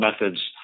methods